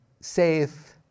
safe